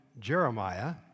Jeremiah